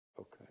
Okay